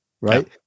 Right